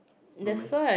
no meh